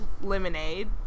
Lemonade